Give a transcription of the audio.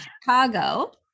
Chicago